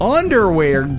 underwear